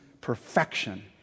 perfection